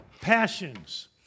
passions